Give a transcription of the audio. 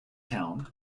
town